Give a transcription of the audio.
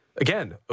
Again